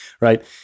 right